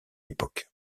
époque